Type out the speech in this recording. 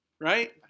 right